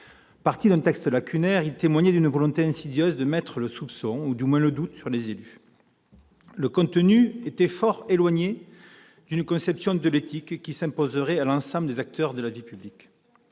partis d'un texte lacunaire, qui témoignait d'une volonté insidieuse d'introduire le soupçon- du moins le doute -à l'égard des élus. Le contenu du texte était fort éloigné d'une conception de l'éthique qui s'imposerait à l'ensemble des acteurs de la vie publique.